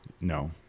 No